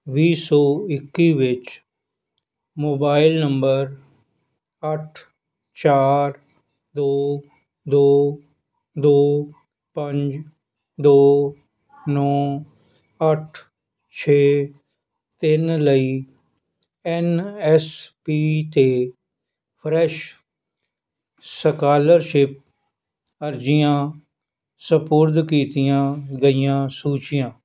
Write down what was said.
ਵੀਹ ਸੌ ਇੱਕੀ ਵਿੱਚ ਮੋਬਾਈਲ ਨੰਬਰ ਅੱਠ ਚਾਰ ਦੋ ਦੋ ਦੋ ਪੰਜ ਦੋ ਨੌਂ ਅੱਠ ਛੇ ਤਿੰਨ ਲਈ ਐਨ ਐਸ ਪੀ 'ਤੇ ਫਰੈਸ਼ ਸਕਾਲਰਸ਼ਿਪ ਅਰਜ਼ੀਆਂ ਸਪੁਰਦ ਕੀਤੀਆਂ ਗਈਆਂ ਸੂਚੀਆਂ